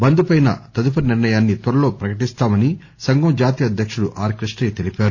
బంద్ పై తదుపరి నిర్ణయాన్ని త్వరలో ప్రకటిస్తామని సంఘం జాతీయ అధ్యక్తుడు ఆర్ కృష్ణయ్య తెలిపారు